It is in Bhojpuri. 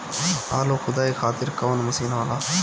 आलू खुदाई खातिर कवन मशीन होला?